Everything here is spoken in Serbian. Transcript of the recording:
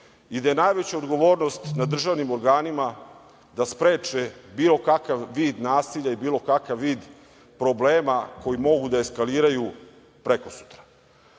i da je najveća odgovornost na državnim organima da spreče bilo kakav vid nasilja i bilo kakav vid problema koji mogu da eskaliraju prekosutra. Isto